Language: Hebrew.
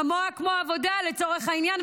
זה כמו עבודה לצורך העניין,